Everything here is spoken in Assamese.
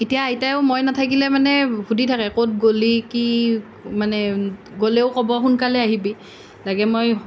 এতিয়া আইতায়ো মই নাথাকিলে মানে সুধি থাকে ক'ত গ'লি কি মানে গ'লেও ক'ব সোনকালে আহিবি লাগে মই